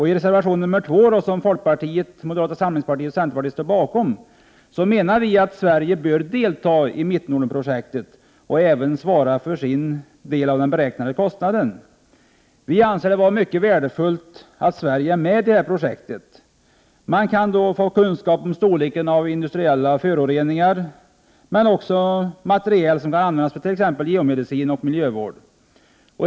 I reservation 2, som folkpartiet, moderata samlingspartiet och centerpartiet står bakom, sägs det att Sverige bör delta i Mittnordenprojektet och även svara för sin del av den beräknade kostnaden. Vi anser det vara mycket värdefullt att Sverige är med i detta projekt. Bl.a. kan man få kunskap om storleken på industriella föroreningar men också få material som kan användas t.ex. för geomedicin och miljövård.